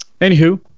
Anywho